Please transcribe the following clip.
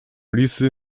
lisy